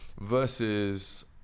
versus